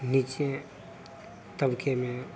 नीचे तबके में